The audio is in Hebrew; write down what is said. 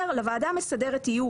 אומר: "לוועדה המסדרת יהיו,